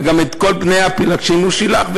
וגם את כל בני הפילגשים הוא שילח,